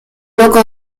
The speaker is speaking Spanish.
loco